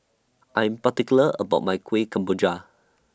I Am particular about My Kueh Kemboja